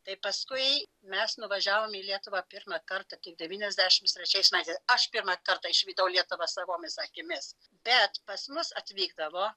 tai paskui mes nuvažiavom į lietuvą pirmą kartą devyniasdešimt trečiais metais aš pirmą kartą išvydau lietuvą savomis akimis bet pas mus atvykdavo